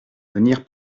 venir